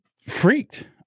freaked